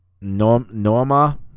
Norma